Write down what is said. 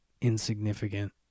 insignificant